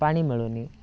ପାଣି ମିଳୁନି